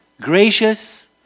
gracious